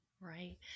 Right